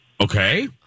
Okay